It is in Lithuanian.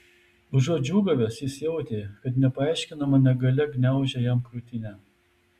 užuot džiūgavęs jis jautė kad nepaaiškinama negalia gniaužia jam krūtinę